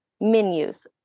menus